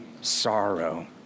sorrow